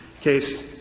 case